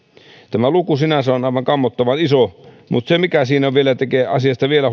tämä luku sinänsä on aivan kammottavan iso mutta se mikä tekee asiasta vielä